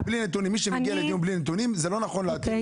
מי שמגיע לדיון בלי נתונים זה לא נכון להביא